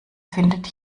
findet